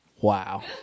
Wow